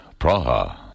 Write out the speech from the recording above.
Praha